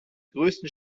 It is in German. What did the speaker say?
größten